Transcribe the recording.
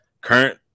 current